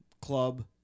Club